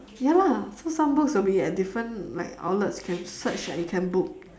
ya lah so some books will be at different like outlets can search and you can book